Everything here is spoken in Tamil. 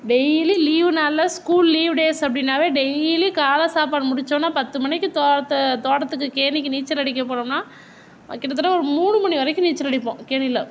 டெய்லி லீவ் நாளில் ஸ்கூல் லீவ் டேஸ் அப்படினாவே டெய்லியும் காலை சாப்பாடு முடிச்சசோன பத்து மணிக்கு தோட்டத்துக்கு கேணிக்கு நீச்சல் அடிக்க போனோம்ன்னா கிட்டத்தட்ட ஒரு மூணு மணி வரைக்கும் நீச்சல் அடிப்போம் கேணியில